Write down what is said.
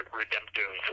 redemptive